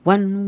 One